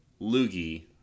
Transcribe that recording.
Loogie